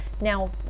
Now